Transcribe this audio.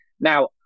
Now